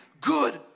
good